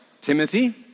Timothy